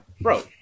bro